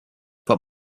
but